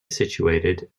situated